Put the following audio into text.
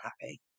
happy